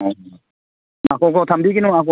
ꯑꯥ ꯉꯥꯏꯈꯣ ꯈꯣ ꯊꯝꯕꯤꯈꯤꯅꯨ ꯉꯥꯏꯈꯣ